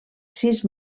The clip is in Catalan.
sis